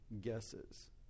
guesses